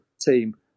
team